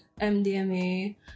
MDMA